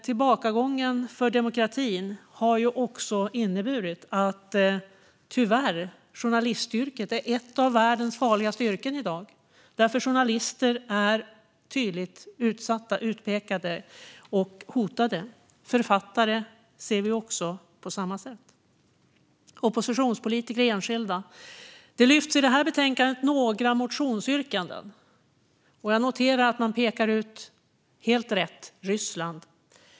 Tillbakagången för demokratin har också inneburit, tyvärr, att journalistyrket är ett av världens farligaste yrken i dag. Journalister är tydligt utsatta, utpekade och hotade. Det är på samma sätt med författare och enskilda oppositionspolitiker. I detta betänkande finns några motionsyrkanden, och jag noterar att man i dessa helt riktigt pekar ut Ryssland.